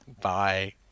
Bye